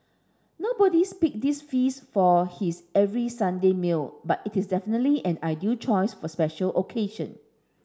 nobodies pick this feast for his every Sunday meal but it is definitely an ideal choice for special occasion